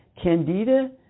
Candida